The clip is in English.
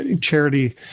charity